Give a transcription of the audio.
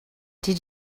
did